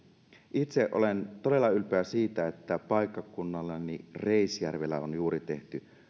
itse olen todella ylpeä siitä että paikkakunnallani reisjärvellä on juuri tehty